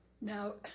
Now